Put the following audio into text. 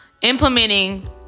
implementing